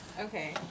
Okay